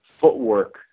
footwork